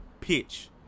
pitch